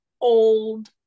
old